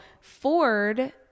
Ford